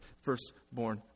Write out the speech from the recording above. Firstborn